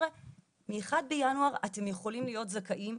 חבר'ה מה-1 בינואר אתם יכולים להיות זכאים,